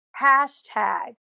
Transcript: hashtag